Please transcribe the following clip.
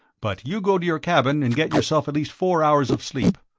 but you go to your cabin and get yourself at least four hours of sleep.